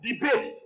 debate